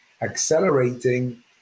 accelerating